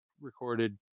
recorded